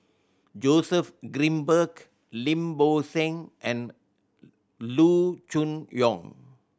Joseph Grimberg Lim Bo Seng and Loo Choon Yong